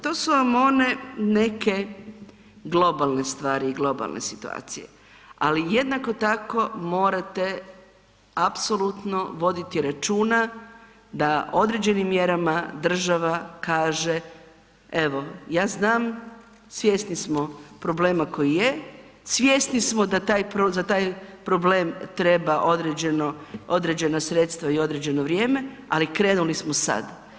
To su vam one neke globalne stvari i globalne situacije, ali jednako tako morate apsolutno voditi računa da određenim mjerama država kaže, evo ja znam svjesni smo problema koji je, svjesni smo da taj, za taj problem treba određeno, određena sredstva i određeno vrijeme, ali krenuli smo sad.